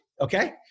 okay